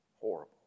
horrible